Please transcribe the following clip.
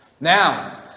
Now